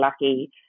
lucky